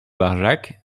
barjac